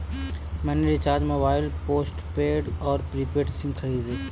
मैंने recharge mobile postpaid और prepaid SIM खरीदे